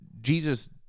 Jesus